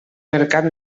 mercat